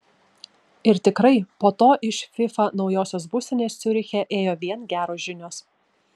ir tikrai po to iš fifa naujosios būstinės ciuriche ėjo vien geros žinios